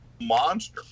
monster